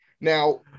now